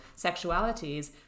sexualities